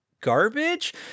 garbage